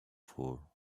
four